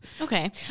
Okay